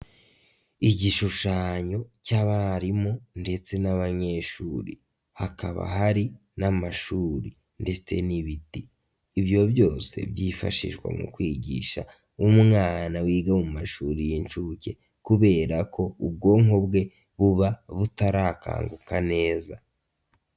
Igishushanyo cy'abarimu ndetse n'abanyeshuri hakaba hari n'amashuri ndetse n'ibiti. Ibyo byose byifashishwa mu kwigisha umwana wiga mu mashuri y'inshuke kubera ko ubwonko bwe buba butarakanguka neza.